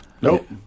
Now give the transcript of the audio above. Nope